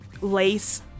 lace